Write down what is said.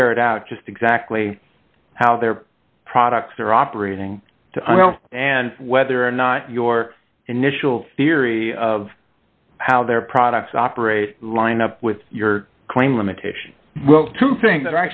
ferret out just exactly how their products are operating and whether or not your initial theory of how their products operate line up with your claim limitations to think that